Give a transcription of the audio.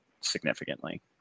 significantly